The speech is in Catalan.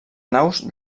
naus